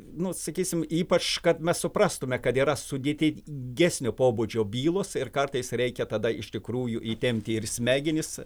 nu sakysim ypač kad mes suprastume kad yra sudėti gesnio pobūdžio bylos ir kartais reikia tada iš tikrųjų įtempti ir smegenys